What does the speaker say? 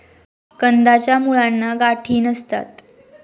कंदाच्या मुळांना गाठी नसतात